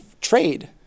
trade